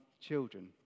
children